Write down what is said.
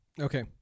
Okay